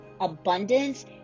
abundance